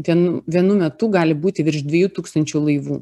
vienu vienu metu gali būti virš dviejų tūkstančių laivų